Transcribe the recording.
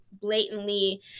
blatantly